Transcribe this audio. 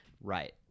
right